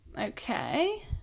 okay